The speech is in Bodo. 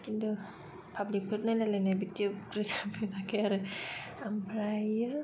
किन्तु पाब्लिकफोर नायलाय लायनाय बिदि रोजाब फेराखै आरो ओमफ्रायो